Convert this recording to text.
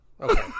Okay